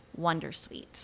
Wondersuite